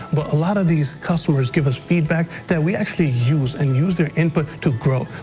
but, a lot of these customers give us feedback that we actually use and use their input to grow.